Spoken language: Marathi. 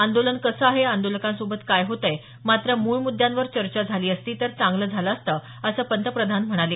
आंदोलन कसं आहे आंदोलकांसोबत काय होतंय मात्र मूळ मुद्यांवर चर्चा झाली असती तर चांगलं झालं असतं असं पंतप्रधान म्हणाले